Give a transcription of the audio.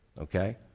Okay